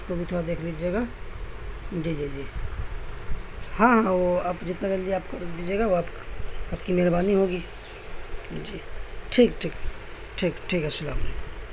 اس کو بھی تھوڑا دیکھ لیجیے گا جی جی جی ہاں ہاں وہ آپ جتنا جلدی آپ کو دیجیے گا وہ آپ آپ کی مہربانی ہوگی جی ٹھیک ٹھیک ٹھیک ٹھیک السّلام علیکم